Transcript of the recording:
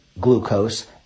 glucose